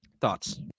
Thoughts